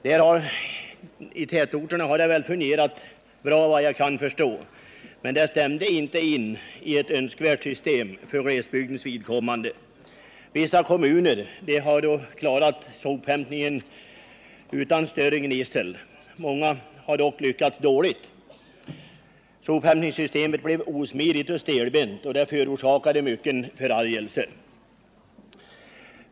Där har det fungerat väl, efter vad jag kan förstå. Men det stämde inte in i ett önskvärt system för glesbygdens vidkommande. Vissa kommuner har klarat sophämtningen utan större gnissel. Många har dock lyckats dåligt. Sophämtningssystemet blev osmidigt och stelbent, och det förorsakade mycken förargelse.